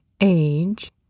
age